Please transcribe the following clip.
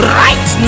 right